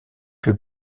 que